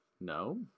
No